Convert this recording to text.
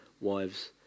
wives